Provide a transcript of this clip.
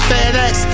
FedEx